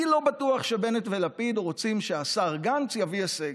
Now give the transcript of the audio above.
אני לא בטוח שבנט ולפיד רוצים שהשר גנץ יביא הישג.